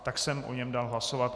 Tak jsem o něm dal hlasovat.